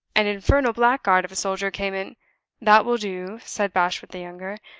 an infernal blackguard of a soldier came in that will do, said bashwood the younger.